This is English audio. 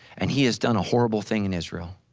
and he has done a horrible thing in israel.